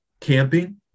Camping